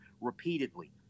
repeatedly